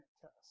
test